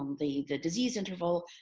um the the disease interval,